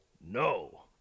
no